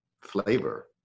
flavor